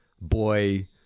boy